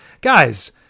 guys